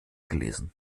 gelesen